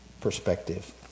perspective